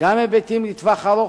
וגם היבטים לטווח ארוך,